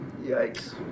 Yikes